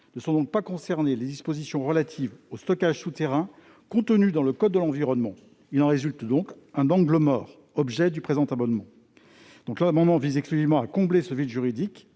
Ne sont donc pas concernées les dispositions relatives aux stockages souterrains contenues dans le code de l'environnement. Il en résulte un « angle mort », objet du présent amendement. Cet amendement vise exclusivement à combler ce « vide juridique